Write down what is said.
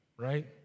right